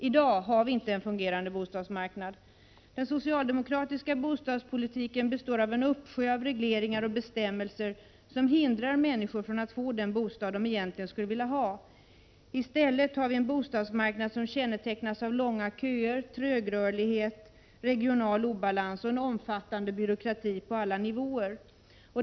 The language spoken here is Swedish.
I dag har vi inte en fungerande bostadsmarknad. Den socialdemokratiska bostadspolitiken består av en uppsjö av regleringar och bestämmelser som hindrar människor från att få den bostad de egentligen skulle vilja ha. I stället har vi en bostadsmarknad som kännetecknas av långa köer, trögrörlighet, regional obalans och en omfattande byråkrati på alla nivåer.